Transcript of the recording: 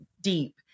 deep